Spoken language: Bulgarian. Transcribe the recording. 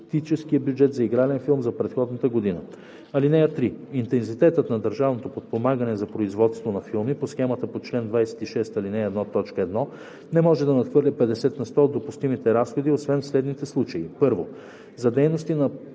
бюджет за игрален филм за предходната година. (3) Интензитетът на държавното подпомагане за производство на филми по схема по чл. 26, ал. 1, т. 1 не може да надхвърля 50 на сто от допустимите разходи, освен в следните случаи: 1. за дейности на